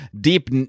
deep